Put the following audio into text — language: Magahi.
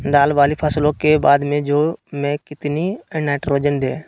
दाल वाली फसलों के बाद में जौ में कितनी नाइट्रोजन दें?